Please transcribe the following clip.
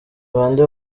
bande